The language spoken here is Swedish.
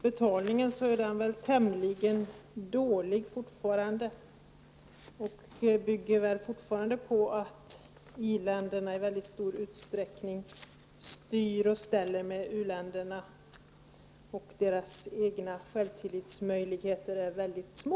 Betalningen är väl fortfarande tämligen dålig och bygger fortfarande på att i-länderna i väldigt stor utsträckning styr och ställer med u-länderna. U landsbefolkningens egna självtillitsmöjligheter är ytterst små.